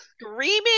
screaming